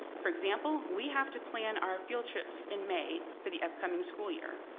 for example, we have to plan our field trips in may for the upcoming school year.